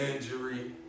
injury